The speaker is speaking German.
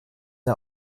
der